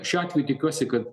šiuo atveju tikiuosi kad